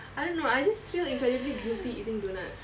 I don't know I just feel incredibly guilty eating doughnuts